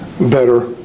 better